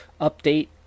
Update